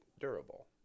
durable